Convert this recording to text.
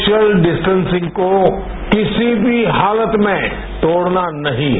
social distancing को किसी भी हालत में तोड़ना नहीं है